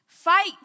Fight